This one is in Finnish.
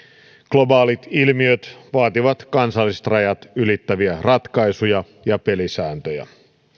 globaalit ilmiöt vaativat kansalliset rajat ylittäviä ratkaisuja ja pelisääntöjä